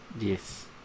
Yes